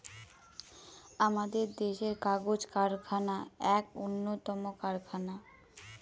আমাদের দেশের কাগজ কারখানা এক উন্নতম কারখানা